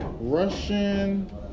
Russian